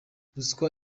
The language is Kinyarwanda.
ruswa